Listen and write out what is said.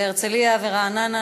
והרצליה ורעננה,